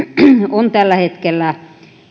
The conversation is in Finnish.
on tällä hetkellä